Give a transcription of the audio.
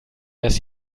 dass